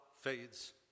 fades